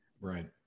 right